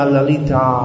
Lalita